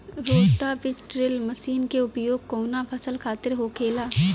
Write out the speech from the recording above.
रोटा बिज drill machine के उपयोग कऊना फसल खातिर होखेला?